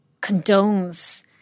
condones